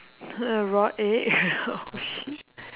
raw egg oh shit